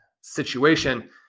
situation